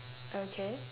okay